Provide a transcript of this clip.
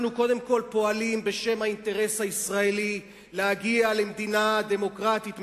אנחנו קודם כול פועלים בשם האינטרס הישראלי להגיע למדינה דמוקרטית,